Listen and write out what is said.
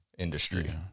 industry